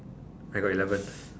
I got eleven